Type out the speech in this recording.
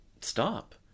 stop